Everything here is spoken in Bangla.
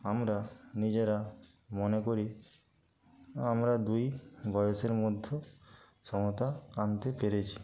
আমরা নিজেরা মনে করি আমরা দুই বয়সের মধ্যে সমতা আনতে পেরেছি